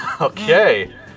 Okay